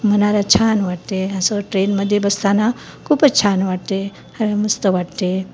मनाला छान वाटते असं ट्रेनमध्ये बसताना खूपच छान वाटते मस्त वाटते